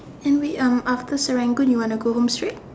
anyway um after Serangoon you want to go home straight